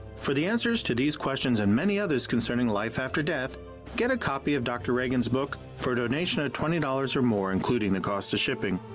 for the answers to these questions and many others concerning life after death get a copy of dr. reagan's book for a donation of twenty dollars or more, including the cost of shipping.